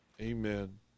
Amen